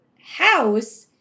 house